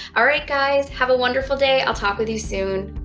all right guys, have a wonderful day. i'll talk with you soon.